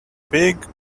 big